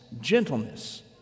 gentleness